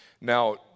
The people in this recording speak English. Now